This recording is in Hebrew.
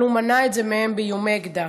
אבל הוא מנע את זה מהם באיומי אקדח.